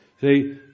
See